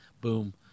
Boom